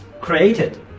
created